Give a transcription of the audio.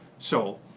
so,